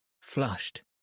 flushed